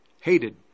hated